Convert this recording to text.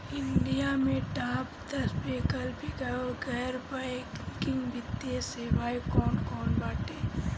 India में top दस वैकल्पिक या गैर बैंकिंग वित्तीय सेवाएं कौन कोन बाटे?